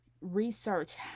research